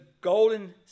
golden